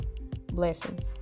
Blessings